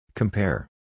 Compare